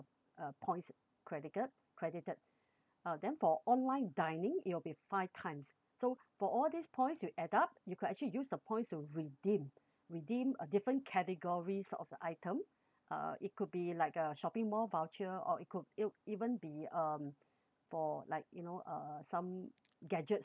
uh points credite~ credited uh then for online dining it'll be five times so for all these points you add up you could actually use the points to redeem redeem a different categories of the item uh it could be like a shopping mall voucher or it could even be um for like you know uh some gadgets